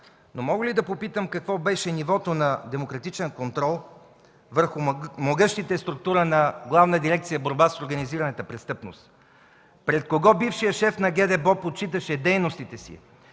Но мога ли да попитам какво беше нивото на демократичен контрол върху могъщата структура на Главна дирекция „Борба с организираната престъпност”? Пред кого бившият шеф на ГДБОП отчиташе дейностите си